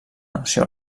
nació